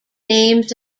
names